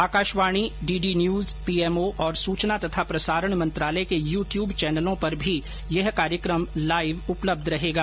Akashvani DD news PMO और सूचना तथा प्रसारण मंत्रालय के यू ट्यूब चैनलों पर भी यह कार्यक्रम लाइव उपलब्ध रहेगा